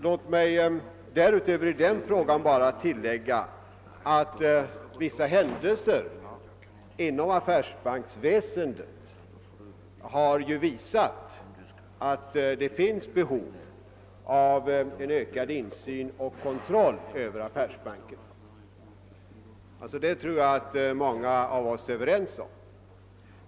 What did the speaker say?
Låt mig i den frågan bara tillägga att vissa händelser inom =<:affärsbanksväsendet har visat att det finns behov av ökad insyn och kontroll över affärsbankerna — det tror jag att många av oss är över ens om.